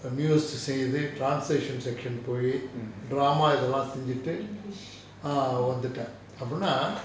news to see translation section போயி:poyi drama இதெல்லாம் செஞ்சிட்டு:ithellam senjitu err வந்துட்டேன் அப்படின்னா:vanthutaen appadinna